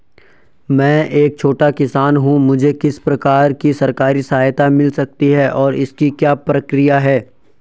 मैं एक छोटा किसान हूँ मुझे किस प्रकार की सरकारी सहायता मिल सकती है और इसकी क्या प्रक्रिया है?